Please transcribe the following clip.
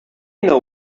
know